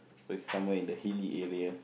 somewhere in the hilly area